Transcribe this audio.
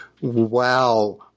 Wow